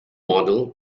model